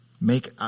Make